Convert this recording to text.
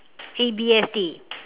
A_B_S_D